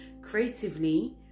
creatively